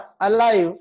alive